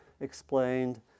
explained